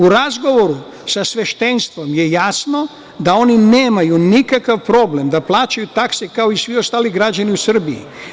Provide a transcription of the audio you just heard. U razgovoru sa sveštenstvom je jasno da oni nemaju nikakav problem da plaćaju takse kao i svi ostali građani u Srbiji.